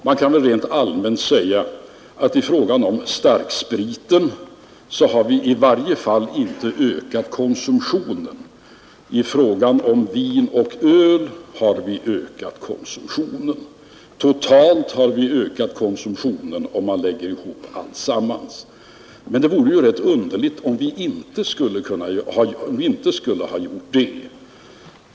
Man kan rent allmänt säga, att i fråga om starkspriten har vi i varje fall inte ökat konsumtionen. I fråga om vin och öl har vi ökat konsumtionen. Totalt har vi ökat konsumtionen, om man lägger ihop alltsammans. Men det vore ju underligt om vi inte skulle ha gjort det.